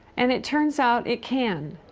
and it turns out it can.